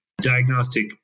diagnostic